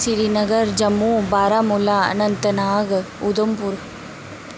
Srinagar Jammu Baramulla Anantnag Udhampur